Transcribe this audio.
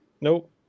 Nope